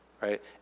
Right